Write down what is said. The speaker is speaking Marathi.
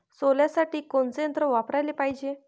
सोल्यासाठी कोनचं यंत्र वापराले पायजे?